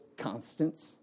Constants